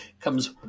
comes